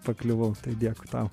pakliuvau tai dėkui tau